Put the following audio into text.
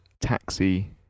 taxi